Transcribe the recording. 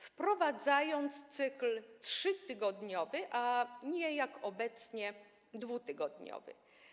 Wprowadza cykl 3-tygodniowy, a nie, jak obecnie, 2-tygodniowy.